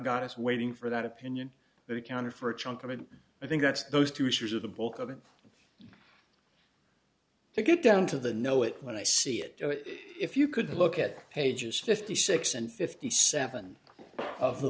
got us waiting for that opinion that accounted for a chunk of it i think that's those two issues of the bulk of it to get down to the know it when i see it if you could look at pages fifty six and fifty seven of the